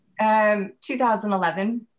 2011